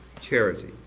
charity